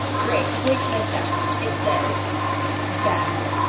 great, bleep this out. it says bad mother